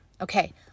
Okay